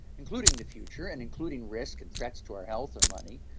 including the future, and including risk and threats to our health and money,